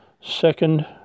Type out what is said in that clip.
second